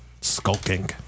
Skulking